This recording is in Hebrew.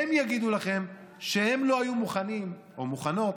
הם יגידו לכם שהם לא היו מוכנים, או מוכנות,